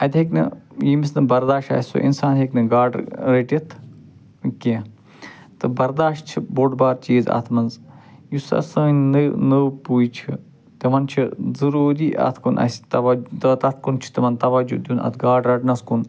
اَتہِ ہٮ۪کہِ نہٕ یٔمِس نہٕ برداش آسہِ سُہ اِنسان ہٮ۪کہِ نہٕ گاڈٕ رٔٹِتھ کیٚنٛہہ تہٕ برداش چھُ بوٚڈ بارٕ چیٖز اَتھ منٛز یُس سا سٲنۍ نوٚو پُے چھِ تِمن چھِ ضروٗری اَتھ کُن اَسہِ توجہ تہٕ تتھ کُن چھُ تِمن توجہ دیُن اَتھ گاڈٕ رٹنس کُن